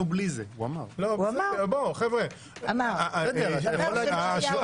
הצעתו לסדר-היום בנושא "האם הממשלה החליטה על נסיגה